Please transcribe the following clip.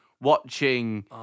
watching